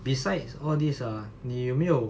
besides all these ah 你有没有